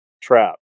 trap